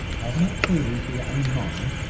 admit freely to your own mind,